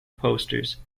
posters